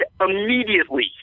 immediately